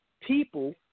people